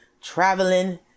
traveling